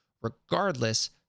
regardless